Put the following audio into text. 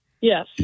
Yes